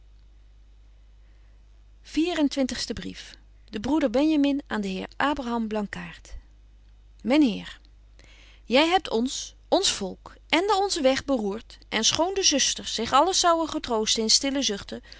twintigste brief de broeder benjamin aan den heer abraham blankaart men heer jy hebt ons ons volk ende onzen weg beroert en schoon de zusters zich alles zouwen getroosten in stille zuchten